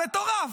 מטורף.